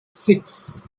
six